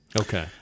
okay